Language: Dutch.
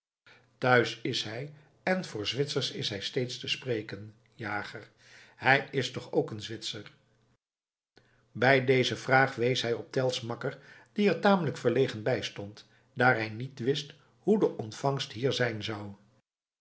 thuis is hij en voor zwitsers is hij steeds te spreken jager hij is toch ook een zwitser bij deze vraag wees hij op tell's makker die er tamelijk verlegen bij stond daar hij niet wist hoe de ontvangst hier zijn zou